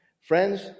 Friends